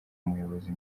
umuyobozi